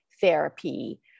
therapy